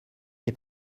est